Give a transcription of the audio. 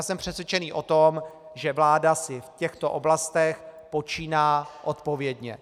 Jsem přesvědčen o tom, že vláda si v těchto oblastech počíná odpovědně.